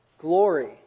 glory